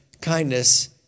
kindness